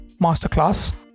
masterclass